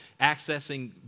accessing